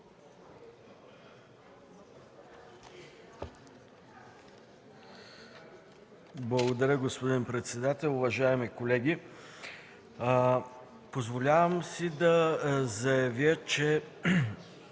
Благодаря, господин председател. Уважаеми колеги, позволявам си да заявя, че